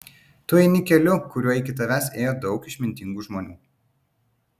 tu eini keliu kuriuo iki tavęs ėjo daug išmintingų žmonių